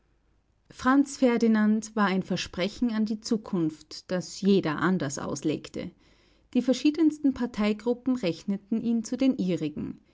franz ferdinand war ein versprechen an die zukunft das jeder anders auslegte die verschiedensten parteigruppen rechneten ihn zu den ihrigen